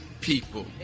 people